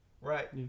right